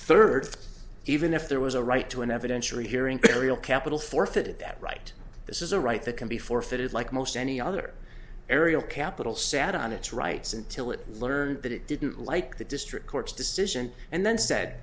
third even if there was a right to an evidentiary hearing ariel capital forfeited that right this is a right that can be forfeited like most any other aerial capital sat on its rights until it learned that it didn't like the district court's decision and then said